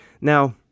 Now